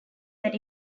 that